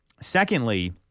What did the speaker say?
Secondly